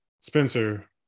Spencer